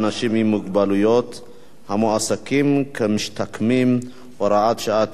מוגבלות המועסקים כמשתקמים (הוראת שעה) (תיקון),